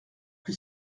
que